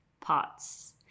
parts